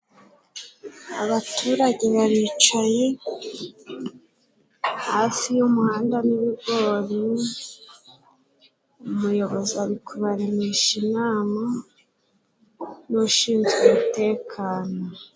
Abaturage baricaye hasi y'umuhanda n'ibigori, umuyobozi ari kubaremesha inama n'ushinzwe umutekano.